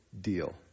deal